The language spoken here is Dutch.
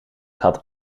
had